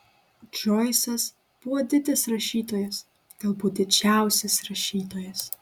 džoisas buvo didis rašytojas galbūt didžiausias rašytojas